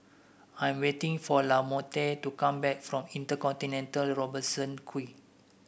I am waiting for Lamonte to come back from Inter Continental Robertson Quay